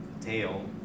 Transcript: tail